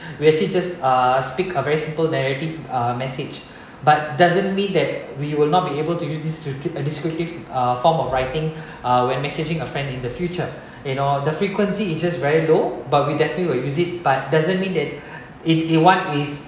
we actually just uh speak a very simple narrative uh message but doesn't mean that we will not be able to use descriptive a descriptive uh form of writing uh when messaging a friend in the future you know the frequency it's just very low but we definitely will use it but doesn't mean that it it one is